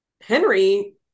Henry